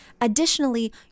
additionally